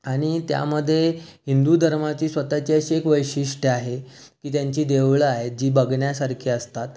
आणि त्यामध्ये हिंदू धर्माचे स्वतःचे असे एक वैशिष्ट्य आहे की त्यांची देवळं आहेत जी बघण्यासारखी असतात